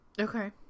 Okay